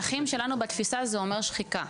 שזה במונחים שלנו זה נקרא שחיקה.